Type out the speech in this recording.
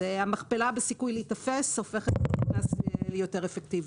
המכפלה בסיכוי להיתפס הופכת ליותר אפקטיבית.